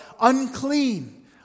unclean